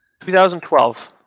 2012